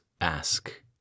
ask